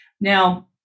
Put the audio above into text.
Now